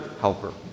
helper